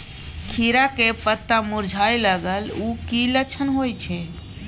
खीरा के पत्ता मुरझाय लागल उ कि लक्षण होय छै?